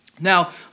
Now